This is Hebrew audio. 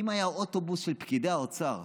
אם היה אוטובוס של פקידי האוצר,